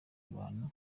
abantu